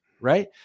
Right